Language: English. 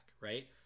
Right